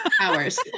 hours